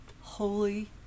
holy